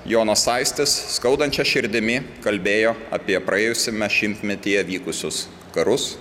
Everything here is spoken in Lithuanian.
jonas aistis skaudančia širdimi kalbėjo apie praėjusiame šimtmetyje vykusius karus